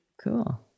Cool